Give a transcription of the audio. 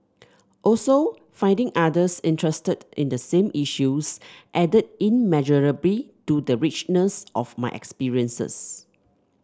also finding others interested in the same issues added immeasurably to the richness of my experiences